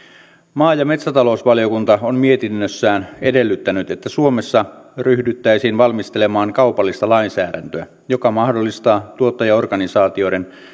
maa ja metsätalousvaliokunta on mietinnössään edellyttänyt että suomessa ryhdyttäisiin valmistelemaan kaupallista lainsäädäntöä joka mahdollistaa tuottajaorganisaatioiden